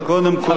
קודם כול כמה,